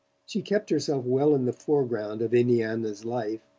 she kept herself well in the foreground of indiana's life,